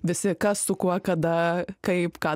visi kas su kuo kada kaip ką